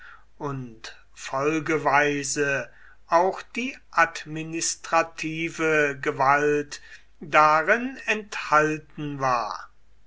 und folgeweise auch die administrative gewalt darin enthalten war